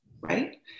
right